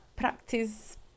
practice